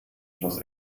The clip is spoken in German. los